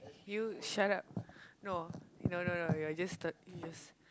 you shut up no no no no you're just you're